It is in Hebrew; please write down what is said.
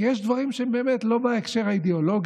כי יש דברים שהם באמת לא בהקשר האידיאולוגי.